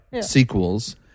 sequels